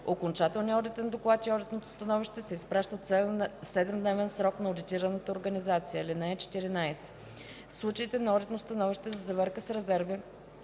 Окончателният одитен доклад и одитното становище се изпращат в 7-дневен срок на одитираната организация. (14) В случаите на одитно становище за заверка с резерви,